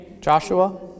Joshua